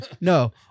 no